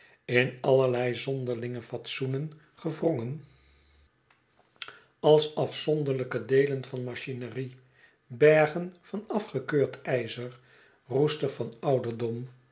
in eene herberg waar gelijk de stalknecht afzonderlijke deelen van machinerie bergen van afgekeurd ijzer roestig van ouderdom